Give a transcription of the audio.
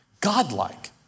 godlike